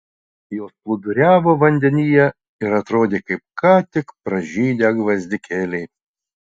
jos plūduriavo vandenyje ir atrodė kaip ką tik pražydę gvazdikėliai